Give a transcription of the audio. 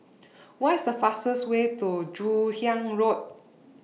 What IS The fastest Way to Joon Hiang Road